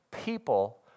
people